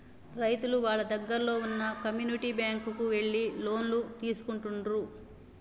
రైతులు వాళ్ళ దగ్గరల్లో వున్న కమ్యూనిటీ బ్యాంక్ కు ఎళ్లి లోన్లు తీసుకుంటుండ్రు